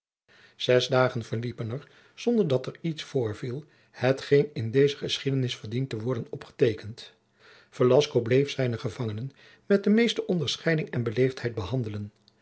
zes dagen verliepen er zonder dat er iets voorviel hetgeen in deze geschiedenis verdient te worden opgeteekend velasco bleef zijnen gevangenen met de meeste onderscheiding en beleefdheid behandelen